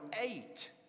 eight